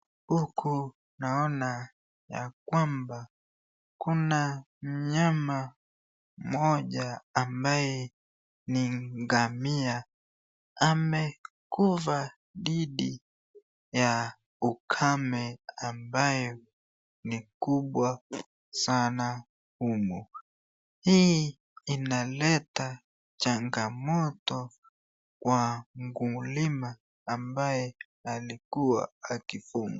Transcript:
Huku naoana ya kwamba kuna nyama mmoja ambaye ni ngamia, amekufa dhidi ya ukame ambayo ni kubwa sana humu. Hii inaleta changa moto kwa mkulima ambaye alikuwa akifuga.